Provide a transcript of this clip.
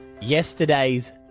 Yesterday's